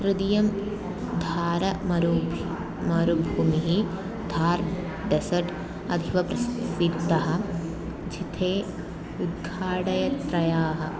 तृतीयं धार मरु मरुभूमिः थार् डेसर्ट् अतीव प्रस् प्रसिद्धः झिथे उद्घाडयत्रयाः